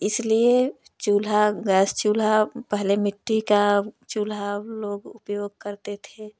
इसलिए चूल्हा गैस चूल्हा पहले मिट्टी का चूल्हा लोग उपयोग करते थे